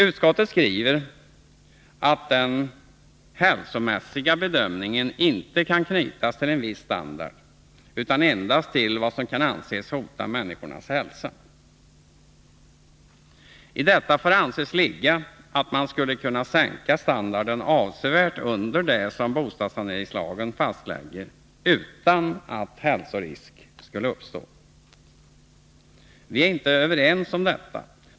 Utskottet skriver att den hälsomässiga bedömningen inte kan knytas till en viss standard utan endast till vad som kan anses hota människornas hälsa. I detta får anses ligga att man skulle kunna sänka standarden avsevärt under det som bostadssaneringslagen fastlägger utan att hälsorisk skulle uppstå. Vi är inte överens om detta.